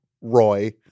Roy